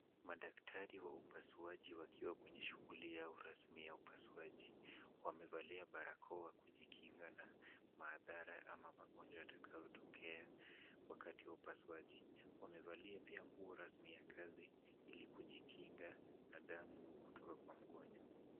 Madaktari wa upasuaji wakiwa kwenye shughuli yao rasmi ya upasuaji. Wamevalia barakoa kujikinga na madhara ama magonjwa yatakayotokea wakati wa upasuaji. Wamevalia pia nguo rasmi ya kazi ili kujikinga na damu kutoka kwa mgonjwa.